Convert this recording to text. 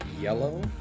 yellow